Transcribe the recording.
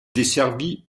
desservis